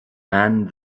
and